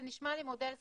זה נשמע לי מודל סביר.